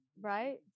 Right